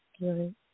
Right